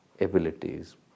abilities